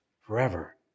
forever